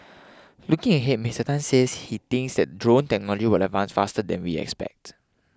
looking ahead Mister Tan says he thinks that drone technology will advance faster than we expect